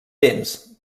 vents